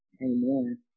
Amen